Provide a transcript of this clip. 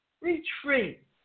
retreat